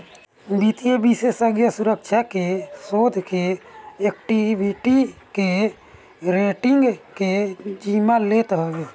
वित्तीय विषेशज्ञ सुरक्षा के, शोध के, एक्वीटी के, रेटींग के जिम्मा लेत हवे